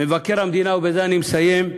מבקר המדינה הקודם, ובזה אני מסיים,